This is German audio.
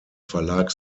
verlag